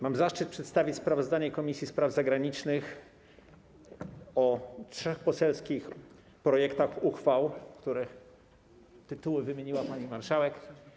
Mam zaszczyt przedstawić sprawozdanie Komisji Spraw Zagranicznych w sprawie trzech poselskich projektów uchwał, których tytuły wymieniła pani marszałek.